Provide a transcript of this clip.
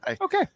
Okay